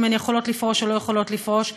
הן יכולות לפרוש או לא יכולות לפרוש,